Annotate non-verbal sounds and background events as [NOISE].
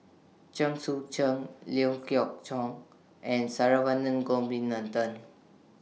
Chen Sucheng Liew Geok [UNINTELLIGIBLE] and Saravanan Gopinathan